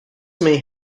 may